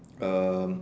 um